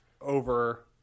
over